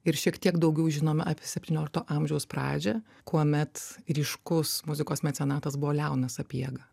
ir šiek tiek daugiau žinome apie septyniolikto amžiaus pradžią kuomet ryškus muzikos mecenatas buvo leonas sapiega